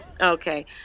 Okay